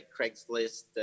Craigslist